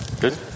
Good